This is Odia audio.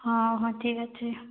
ହଁ ହଁ ଠିକ୍ ଅଛେ